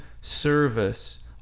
service